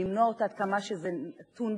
כבוד השר